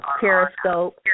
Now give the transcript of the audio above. Periscope